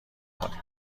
کنیم